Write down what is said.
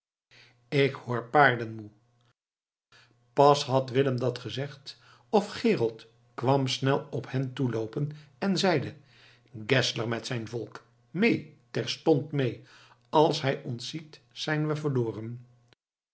ik hoor paarden moe pas had willem dat gezegd of gerold kwam snel op hen toeloopen en zeide geszler met zijn volk mee terstond mee als hij ons ziet zijn we verloren